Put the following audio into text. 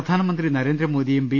പ്രധാനമന്ത്രി നരേന്ദ്രമോദിയും ബി